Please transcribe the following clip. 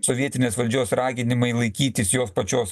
sovietinės valdžios raginimai laikytis jos pačios